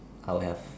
I'll have